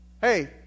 Hey